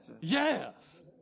Yes